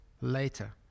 later